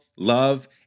love